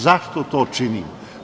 Zašto to činim?